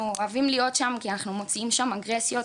אנחנו צריכים לנסות להשקיע בהעצמה של ליגת התיכונים.